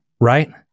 right